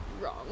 wrong